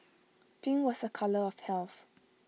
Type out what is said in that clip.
pink was A colour of health